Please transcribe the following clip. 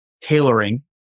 tailoring